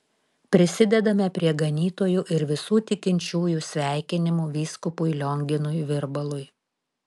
prisidedame prie ganytojų ir visų tikinčiųjų sveikinimų vyskupui lionginui virbalui